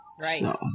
Right